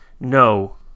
no